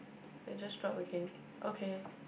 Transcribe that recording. it just drop again okay